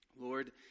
Lord